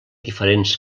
diferents